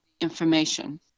information